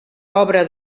obra